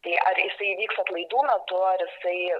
tai ar jisai įvyks atlaidų metu ar jisai